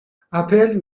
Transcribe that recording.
اپل